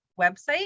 website